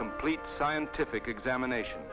complete scientific examination